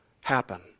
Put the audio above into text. happen